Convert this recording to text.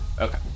Okay